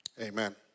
Amen